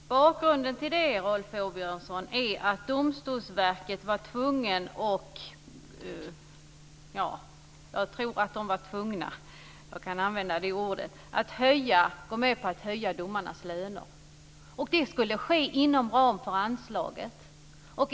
Herr talman! Bakgrunden till det, Rolf Åbjörnsson, är att Domstolsverket var tvunget - jag tror att jag kan använda det ordet - att gå med på att höja domarnas löner. Det skulle ske inom ramen för anslaget.